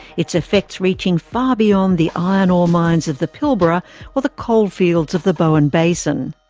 its effects reaching far beyond the iron ore mines of the pilbara or the coalfields of the bowen basin.